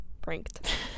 pranked